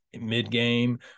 mid-game